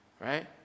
right